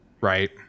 right